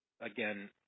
Again